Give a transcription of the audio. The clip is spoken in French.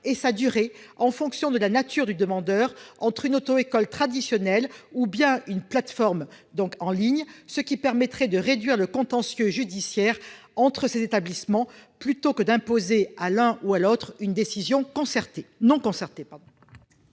et sa durée en fonction de la nature du demandeur, entre une auto-école traditionnelle ou bien une plateforme en ligne, ce qui permettrait de réduire le contentieux judiciaire entre ces établissements plutôt que d'imposer à l'un ou à l'autre une décision non concertée